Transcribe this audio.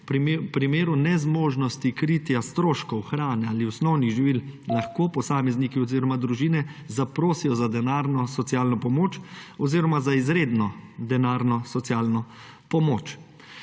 V primeru nezmožnosti kritja stroškov hrane ali osnovnih živil lahko posamezniki oziroma družine zaprosijo za denarno socialno pomoč oziroma za izredno denarno socialno pomoč.